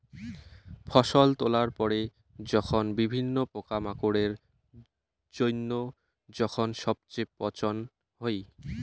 ফসল তোলার পরে যখন বিভিন্ন পোকামাকড়ের জইন্য যখন সবচেয়ে পচন হই